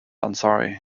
ansari